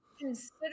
Consider